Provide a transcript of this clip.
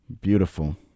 Beautiful